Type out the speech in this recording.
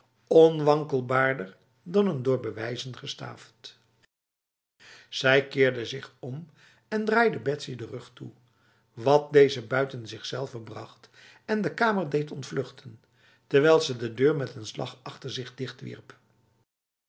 onwankelbaarder dan een door bewijzen gestaafd zij keerde zich om en draaide betsy de rug toe wat deze buiten zichzelve bracht en de kamer deed ontvluchten terwijl ze de deur met een slag achter zich